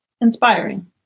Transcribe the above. inspiring